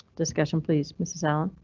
discussion please mrs allen.